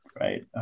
Right